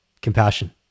compassion